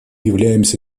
являемся